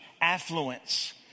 affluence